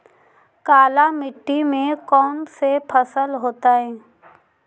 काला मिट्टी में कौन से फसल होतै?